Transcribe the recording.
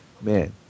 man